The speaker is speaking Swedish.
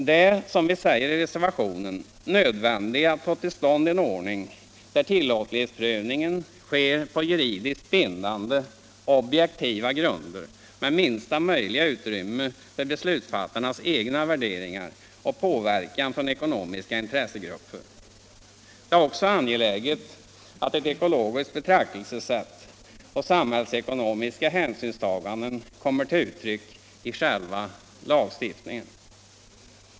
Det är, som vi säger i reservationen, nödvändigt att få till stånd en ordning där tillåtlighetsprövningen sker på juridiskt bindande, objektiva grunder med minsta möjliga utrymme för beslutsfattarnas egna värderingar och påverkan från ekonomiska intressegrupper. Det är också angeläget att ett ekologiskt betraktelsesätt och samhällsekonomiska hänsynstaganden kommer till uttryck i själva lagstiftningen.